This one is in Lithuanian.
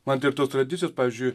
man tai ir tos tradicijos pavyzdžiui